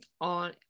on